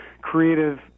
creative